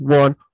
one